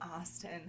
Austin